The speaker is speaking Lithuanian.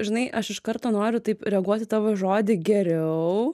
žinai aš iš karto noriu taip reaguot į tavo žodį geriau